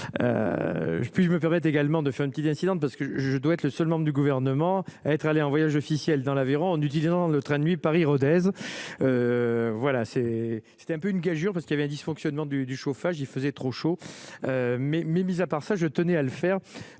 Puis-je me permettre également de faire une petite incidente, parce que je dois être le seul membre du gouvernement, être allé en voyage officiel dans l'Aveyron, en utilisant le train de nuit Paris-Rodez voilà c'est c'est un peu une gageure parce qu'il y avait un dysfonctionnement du du chauffage, il faisait trop chaud mais mais mis à part ça, je tenais à le faire